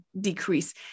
decrease